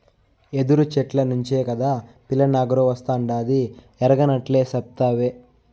యెదురు చెట్ల నుంచే కాదా పిల్లనగ్రోవస్తాండాది ఎరగనట్లే సెప్తావే